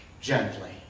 gently